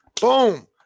boom